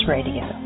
Radio